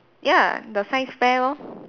ya the science fair lor